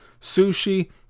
sushi